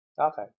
Okay